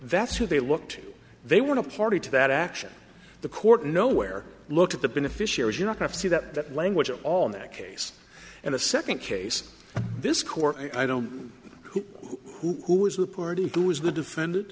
that's who they looked they want to party to that action the court nowhere look at the beneficiaries you're not going to see that that language at all in that case and a second case this court i don't know who who is the party who is the defend